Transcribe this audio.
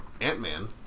Ant-Man